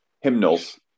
hymnals